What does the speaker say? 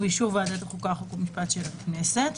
ובאישור ועדת החוקה חוק ומשפט של הכנסת,